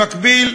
במקביל,